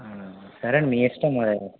సరే మీ ఇష్టం